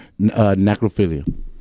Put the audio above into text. necrophilia